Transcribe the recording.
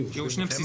שיהיו שני בסיסים.